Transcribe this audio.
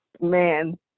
man